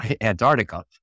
Antarctica